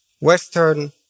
Western